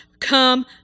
come